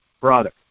Brother